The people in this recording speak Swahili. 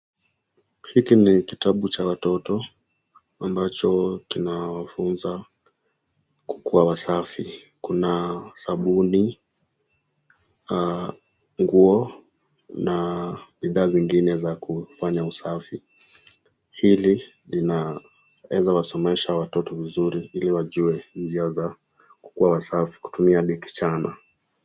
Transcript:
Hiki ni kitabu cha watoto, ambacho kinawafunza kukuwa wasafi, kuna, sabuni, nguo, na bidhaa zingine za kufanya usafi, hili linaweza wasomesha watoto vizuri ili wajue njia za kuwa wasafi, kutumia hadi kichana.